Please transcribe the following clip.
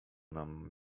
nam